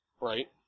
right